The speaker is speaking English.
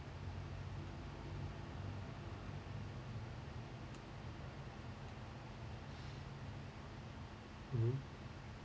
mmhmm